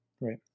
Right